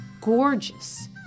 gorgeous